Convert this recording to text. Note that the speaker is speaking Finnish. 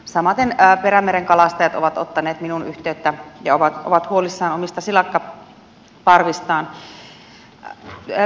samaten perämeren kalastajat ovat ottaneet minuun yhteyttä ja ovat huolissaan omista silakkaparvistaan